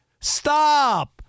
Stop